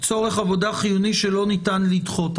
צורך עבודה חיוני שלא ניתן לדחותה.